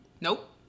Nope